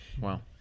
Wow